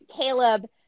Caleb